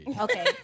okay